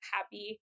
happy